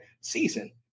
season